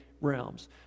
realms